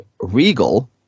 Regal